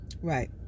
Right